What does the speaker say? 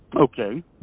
Okay